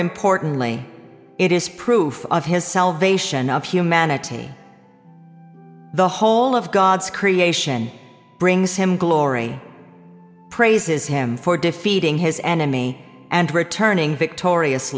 importantly it is proof of his salvation of humanity the whole of god's creation brings him glory praises him for defeating his enemy and returning victorious